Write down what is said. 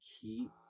keep